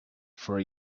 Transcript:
for